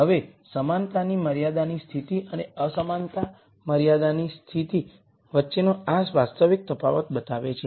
હવે સમાનતાની મર્યાદાની સ્થિતિ અને અસમાનતા મર્યાદિત પરિસ્થિતિ વચ્ચેનો આ વાસ્તવિક તફાવતો બતાવે છે